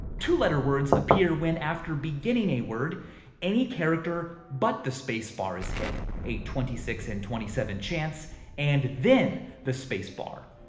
two letter words appear when after beginning a word any character but the space bar is hit a twenty six in twenty seven chance and then the space bar.